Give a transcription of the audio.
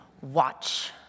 watch